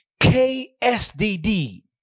KSDD